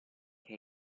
che